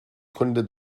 konnte